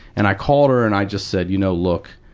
and i called her and i just said, you know, look.